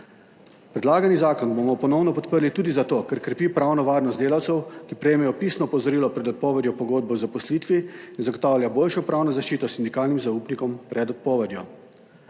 Predlagani zakon bomo ponovno podprli tudi zato, ker krepi pravno varnost delavcev, ki prejmejo pisno opozorilo pred odpovedjo pogodbe o zaposlitvi, in zagotavlja boljšo pravno zaščito sindikalnim zaupnikom pred odpovedjo.